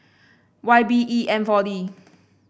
Y B E N four D